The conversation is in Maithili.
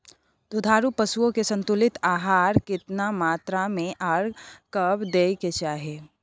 दुधारू पशुओं के संतुलित आहार केतना मात्रा में आर कब दैय के चाही?